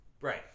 right